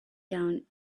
down